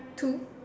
two